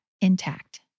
intact